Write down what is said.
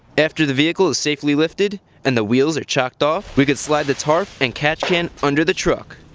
after the vehicle is safely lifted and the wheels are chocked off, we could slide the tarp and catch can under the truck.